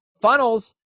funnels